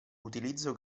utilizzo